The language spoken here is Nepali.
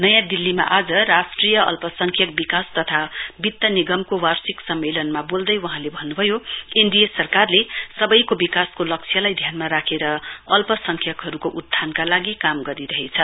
नयाँ दिल्लीमा आज राष्ट्रिय अल्पसंख्यक विकास तथा वित्त निगमको वार्षिक सम्मेलनमा बोल्दै भन्नुभयो एन डी ए सरकारले सबैको विकासको लक्ष्यलाई ध्यानमा राखेर अल्पसंखयकहरुको उत्थानका लागि काम गरिरहेछ